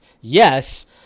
yes